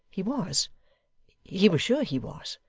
he was he was sure he was.